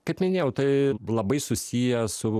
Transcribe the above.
kaip minėjau tai labai susiję su